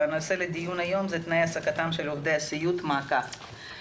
הנושא לדיון היום הוא תנאי העסקתם של עובדי הסיעוד מעקב.